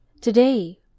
Today